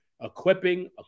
equipping